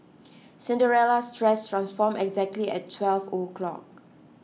Cinderella's dress transformed exactly at twelve o'clock